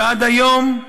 ועד היום,